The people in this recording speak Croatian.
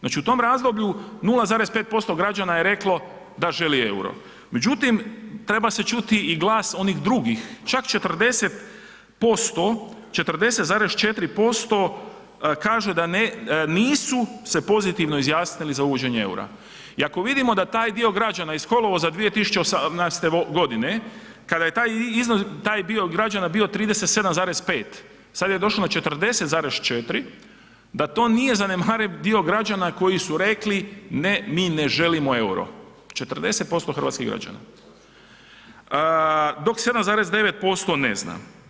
Znači u tom razdoblju 0,5% građana je reklo da želi euro, međutim treba se čuti i glas onih drugih, čak 40,4% kaže nisu se pozitivno izjasnili za uvođenje eura i ako i vidimo da taj dio građana iz kolovoza 20018. g. kada je taj dio građana bio 37,5, sad je došlo na 44,4 da to nije zanemariv dio građana koji su rekli ne mi ne želimo EUR-o, 40% hrvatskih građana, dok 7,9% ne zna.